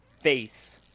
face